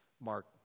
Mark